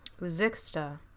Zixta